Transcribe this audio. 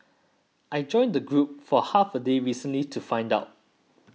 I joined the group for half a day recently to find out